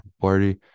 party